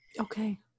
Okay